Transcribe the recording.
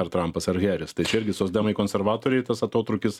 ar trampas ar heris tai čia irgi socdemai konservatoriai tas atotrūkis